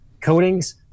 coatings